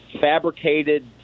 fabricated